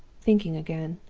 thinking again.